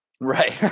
right